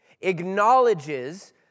acknowledges